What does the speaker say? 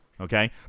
okay